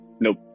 Nope